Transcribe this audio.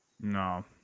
No